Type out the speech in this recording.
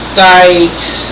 dykes